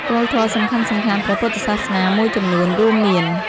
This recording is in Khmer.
គោលធម៌សំខាន់ៗព្រះពុទ្ធសាសនាមួយចំនួនរួមមាន។